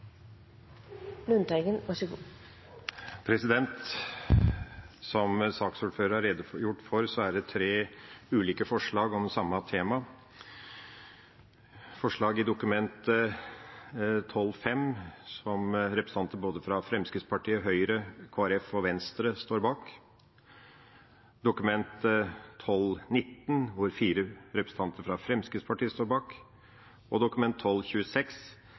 det tre ulike forslag om samme tema: forslaget i Dokument 12:5 for 2011–2012, som representanter fra både Fremskrittspartiet, Høyre, Kristelig Folkeparti og Venstre står bak, Dokument 12:19 for 2011–2012, som fire representanter fra Fremskrittspartiet står bak, og Dokument